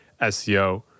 SEO